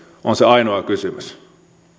on se ainoa kysymys